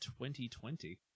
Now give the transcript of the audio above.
2020